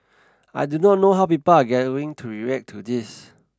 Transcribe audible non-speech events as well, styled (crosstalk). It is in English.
I do not know how people are (unintelligible) to react to this